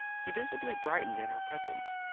he visibly brightened in her presence,